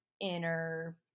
inner